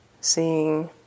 Seeing